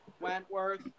Wentworth